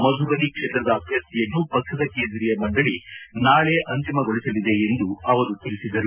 ಮಧುಬನಿ ಕ್ಷೇತ್ರದ ಅಭ್ಯರ್ಥಿಯನ್ನು ಪಕ್ಷದ ಕೇಂದ್ರೀಯ ಮಂಡಳಿ ನಾಳೆ ಅಂತಿಮ ಗೊಳಿಸಲಿದೆ ಎಂದು ಅವರು ತಿಳಿಸಿದರು